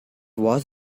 was